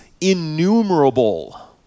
innumerable